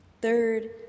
Third